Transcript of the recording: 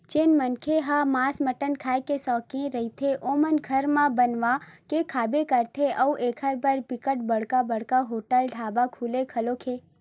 जेन मनखे ह मांस मटन खांए के सौकिन रहिथे ओमन घर म बनवा के खाबे करथे अउ एखर बर बिकट बड़का बड़का होटल ढ़ाबा खुले घलोक हे